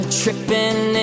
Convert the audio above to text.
tripping